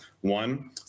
One